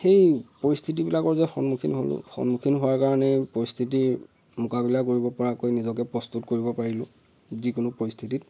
সেই পৰিস্থিতিবিলাকৰ যে সন্মুখীন হ'লোঁ সন্মুখীন হোৱাৰ কাৰণেই পৰিস্থিতিৰ মোকাবিলা কৰিব পৰাকৈ মই নিজকে প্ৰস্তুত কৰিব পাৰিলোঁ যিকোনো পৰিস্থিতিত